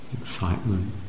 Excitement